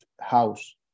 house